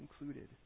included